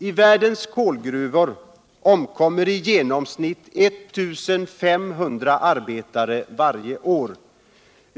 I världens kolgruvor omkommer i genomsnitt I 500 arbetare varje år.